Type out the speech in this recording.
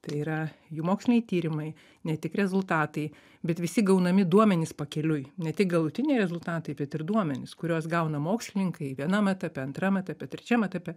tai yra jų moksliniai tyrimai ne tik rezultatai bet visi gaunami duomenys pakeliui ne tik galutiniai rezultatai bet ir duomenys kuriuos gauna mokslininkai vienam etape antram etape trečiam etape